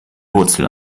wurzel